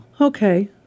Okay